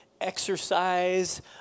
exercise